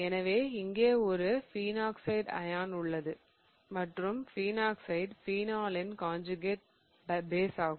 எனவே இங்கே ஒரு பினாக்சைடு அயன் உள்ளது மற்றும் பினாக்ஸைடு பினோலின் காஞ்சுகேட் பேஸாகும்